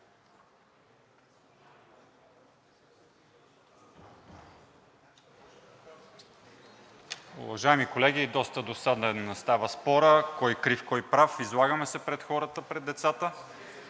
Уважаеми колеги, дост досаден става спорът – кой крив, кой прав, излагаме се пред хората, пред децата.